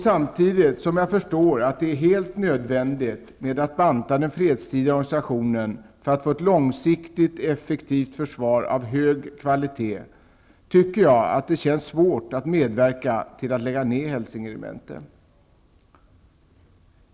Samtidigt som jag förstår att det är helt nödvändigt att banta den fredstida organisationen för att få ett långsiktigt effektivt försvar av hög kvalitet tycker jag att det känns svårt att medverka till att lägga ned Hälsinge regemente.